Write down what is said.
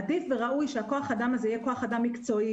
עדיף וראוי שכוח האדם הזה יהיה כוח אדם מקצועי,